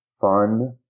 fun